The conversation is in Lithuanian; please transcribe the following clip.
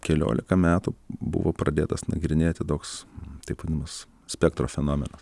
keliolika metų buvo pradėtas nagrinėti toks taip vadinamas spektro fenomenas